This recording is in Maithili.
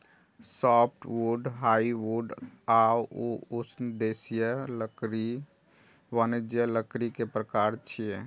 सॉफ्टवुड, हार्डवुड आ उष्णदेशीय लकड़ी वाणिज्यिक लकड़ी के प्रकार छियै